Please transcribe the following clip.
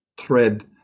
thread